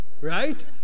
right